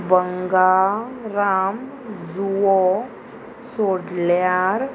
बंगाराम जुवो सोडल्यार